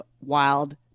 wild